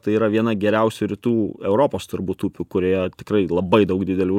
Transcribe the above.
tai yra viena geriausių rytų europos turbūt upių kurioje tikrai labai daug didelių